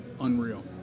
unreal